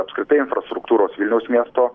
apskritai infrastruktūros vilniaus miesto